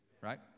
Right